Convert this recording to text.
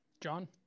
John